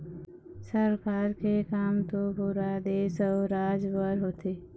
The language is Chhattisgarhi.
सरकार के काम तो पुरा देश अउ राज बर होथे